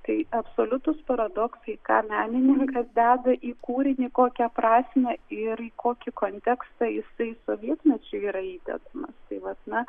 tai absoliutus paradoksai ką menininkas deda į kūrinį kokią prasmę ir į kokį kontekstą jisai sovietmečiui yra įdedamas tai vat na